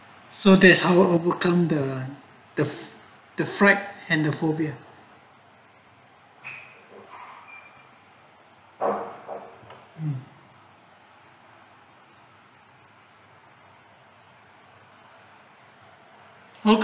so that's our overcome the the the flack and the cobia oh